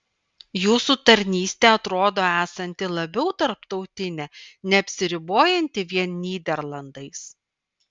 jūsų tarnystė atrodo esanti labiau tarptautinė neapsiribojanti vien nyderlandais